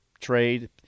trade